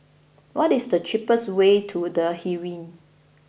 what is the cheapest way to The Heeren